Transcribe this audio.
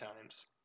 times